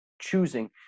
choosing